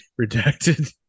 Redacted